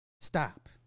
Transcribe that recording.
stop